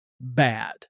bad